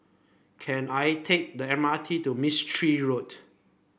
can I take the M R T to Mistri Road